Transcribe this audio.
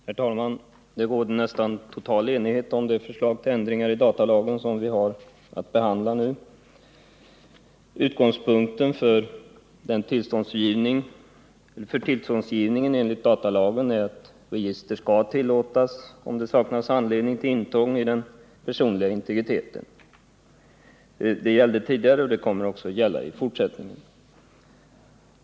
Herr talman! Det råder nästan total enighet om det förslag till ändringar i datalagen som vi nu har att behandla. Utgångspunkten för tillståndsgivningen enligt datalagen är att register skall tillåtas om det saknas anledning till intrång i den personliga intregriteten. Det gällde tidigare, och det kommer också att gälla i fortsättningen.